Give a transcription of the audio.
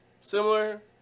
Similar